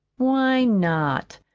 why not?